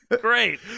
Great